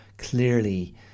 clearly